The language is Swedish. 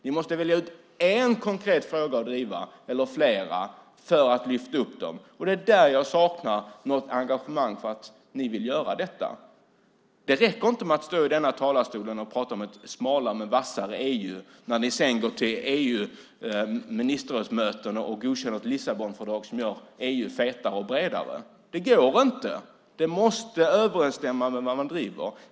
Ni måste välja ut en eller flera konkreta frågor att driva. Jag saknar engagemang och vilja hos er att göra detta. Det räcker inte att stå i denna talarstol och tala om ett smalare men vassare EU när ni sedan går till EU:s ministerrådsmöten och godkänner ett Lissabonfördrag som gör EU fetare och bredare. Det går inte. Det måste överensstämma med vad man driver.